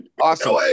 awesome